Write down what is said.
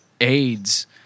AIDS